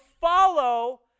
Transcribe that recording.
follow